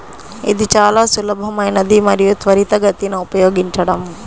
ఇది చాలా సులభమైనది మరియు త్వరితగతిన ఉపయోగించడం